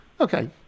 Okay